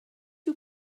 you